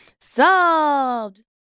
Solved